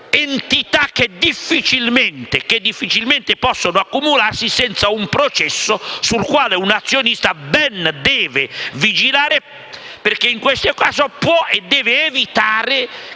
entità che difficilmente possono accumularsi senza un processo sul quale un'azionista ben deve vigilare. In questo caso, infatti, può e deve evitare